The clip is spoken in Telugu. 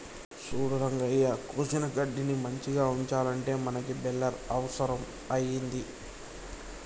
సూడు రంగయ్య కోసిన గడ్డిని మంచిగ ఉంచాలంటే మనకి బెలర్ అవుసరం అయింది